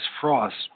Frost